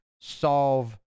solve